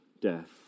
death